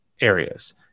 areas